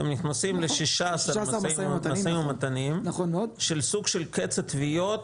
אתם נכנסים ל-16 משאים ומתנים של סוג של קץ התביעות